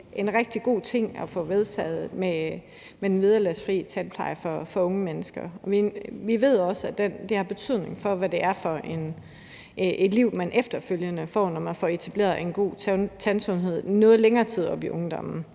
var en rigtig god ting at få vedtaget. Vi ved også, at det har betydning for, hvad det er for et liv, man efterfølgende får, når man får etableret en god tandsundhed, som går noget længere tid op i ungdommen.